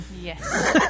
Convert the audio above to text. yes